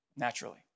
naturally